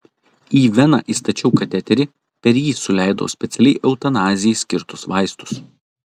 į veną įstačiau kateterį per jį suleidau specialiai eutanazijai skirtus vaistus